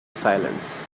silence